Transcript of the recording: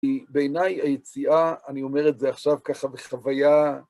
כי בעיניי היציאה, אני אומר את זה עכשיו ככה בחוויה...